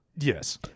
Yes